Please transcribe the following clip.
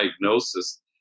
diagnosis